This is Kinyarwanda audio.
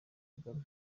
kagame